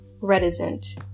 reticent